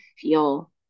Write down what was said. feel